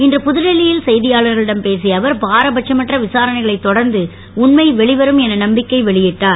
இன்று புதுடில்லியில் செய்தியாளர்களிடம் பேசிய அவர் பாரபட்சமற்ற விசாரணைகளைத் தொடர்ந்து உண்மை வெளிவரும் என நம்பிக்கை வெளியிட்டார்